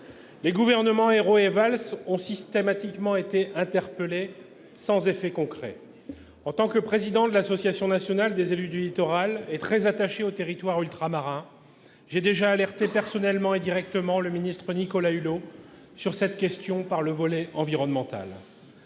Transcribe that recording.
Les gouvernements Ayrault et Valls ont systématiquement été interpellés, sans effet concret. En tant que président de l'Association nationale des élus du littoral, et parce que je suis très attaché aux territoires ultramarins, j'ai déjà alerté personnellement et directement le ministre Nicolas Hulot sur cette question, par le biais du volet environnemental.